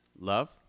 Love